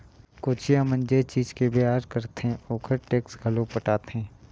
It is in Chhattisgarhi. कोचिया मन जे चीज के बेयार करथे ओखर टेक्स घलो पटाथे